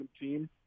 team